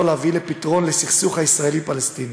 להביא לפתרון לסכסוך הישראלי פלסטיני.